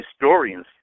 historians